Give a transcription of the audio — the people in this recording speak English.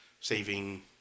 saving